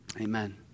Amen